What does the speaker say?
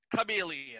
chameleon